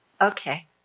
okay